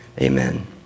Amen